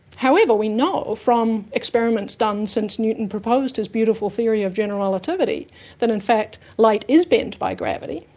however, we know from experiments done since newton proposed his beautiful theory of general relativity that in fact light is bent by gravity,